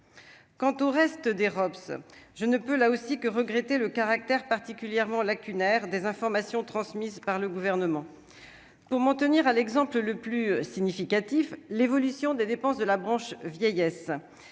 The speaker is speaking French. quant au reste des robes s'je ne peux là aussi que regretter le caractère particulièrement lacunaire des informations transmises par le gouvernement pour m'en tenir à l'exemple le plus significatif, l'évolution des dépenses de la branche vieillesse